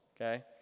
okay